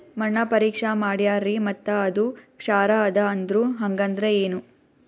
ಮಣ್ಣ ಪರೀಕ್ಷಾ ಮಾಡ್ಯಾರ್ರಿ ಮತ್ತ ಅದು ಕ್ಷಾರ ಅದ ಅಂದ್ರು, ಹಂಗದ್ರ ಏನು?